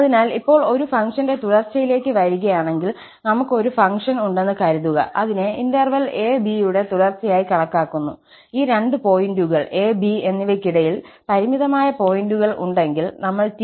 അതിനാൽ ഇപ്പോൾ ഒരു ഫംഗ്ഷന്റെ തുടർച്ചയിലേക്ക് വരികയാണെങ്കിൽ നമുക്ക് ഒരു ഫംഗ്ഷൻ ഉണ്ടെന്ന് കരുതുക അതിനെ ഇന്റർവെൽ a b യുടെ തുടർച്ചയായി കണക്കാക്കുന്നു ഈ രണ്ട് പോയിന്റുകൾ a b എന്നിവയ്ക്കിടയിൽ പരിമിതമായ പോയിന്റുകൾ ഉണ്ടെങ്കിൽ നമ്മൾ t1t2